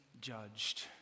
judged